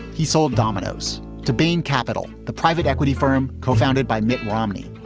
he sold domino's to bain capital, the private equity firm co-founded by mitt romney